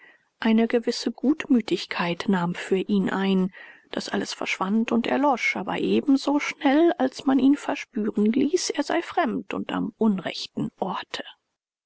eine gewisse gutmütigkeit nahm für ihn ein das alles verschwand und erlosch aber eben so schnell als man ihn verspüren ließ er sei fremd und am unrechten orte